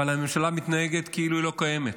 אבל הממשלה מתנהגת כאילו היא לא קיימת.